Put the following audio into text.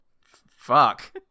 fuck